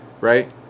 Right